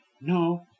No